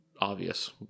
obvious